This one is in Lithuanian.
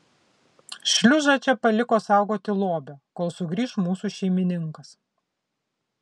šliužą čia paliko saugoti lobio kol sugrįš mūsų šeimininkas